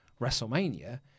WrestleMania